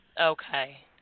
Okay